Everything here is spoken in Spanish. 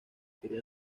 quería